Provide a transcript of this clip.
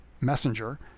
messenger